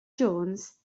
jones